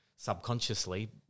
subconsciously